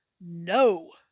no